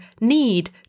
need